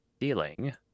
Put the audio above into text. Dealing